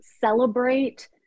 celebrate